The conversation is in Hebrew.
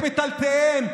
את מטלטליהם,